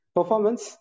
Performance